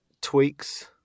tweaks